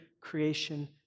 creation